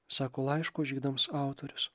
sako laiško žydams autorius